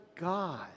God